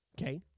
okay